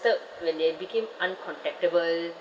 disturbed when they became uncontactable